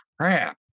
crap